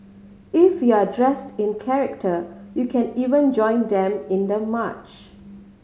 if you're dressed in character you can even join them in the march